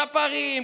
ספרים,